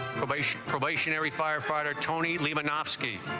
malaysian probationary firefighter tony leman off ski